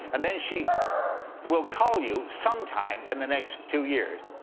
and then she will call you sometime in the next two years.